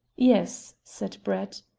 yes, said brett.